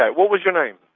what was your name?